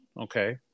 Okay